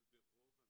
אבל ברוב המקרים,